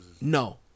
No